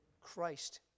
Christ